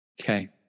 Okay